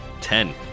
ten